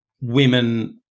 women